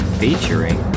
featuring